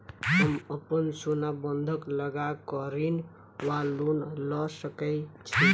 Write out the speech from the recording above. हम अप्पन सोना बंधक लगा कऽ ऋण वा लोन लऽ सकै छी?